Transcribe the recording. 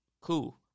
cool